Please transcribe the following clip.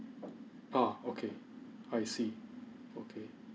ah okay I see okay